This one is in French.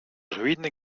ruines